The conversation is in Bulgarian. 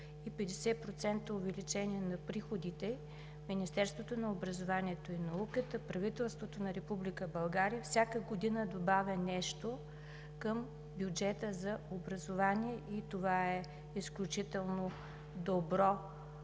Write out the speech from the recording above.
и 50% увеличение на приходите Министерството на образованието и науката, правителството на Република България всяка година добавя нещо към бюджета за образование и това е изключително добра